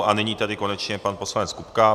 A nyní tedy konečně pan poslanec Kupka.